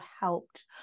helped